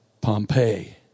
Pompeii